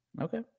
Okay